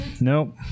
Nope